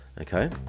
okay